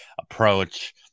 approach